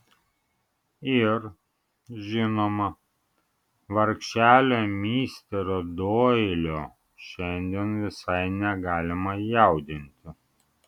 ir žinoma vargšelio misterio doilio šiandien visai negalima jaudinti